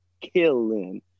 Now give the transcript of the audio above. killing